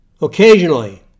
occasionally